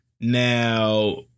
Now